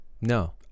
No